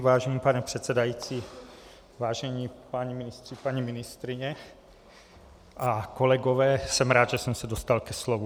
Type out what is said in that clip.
Vážený pane předsedající, vážení páni ministři, paní ministryně, kolegové, jsem rád, že jsem se dostal ke slovu.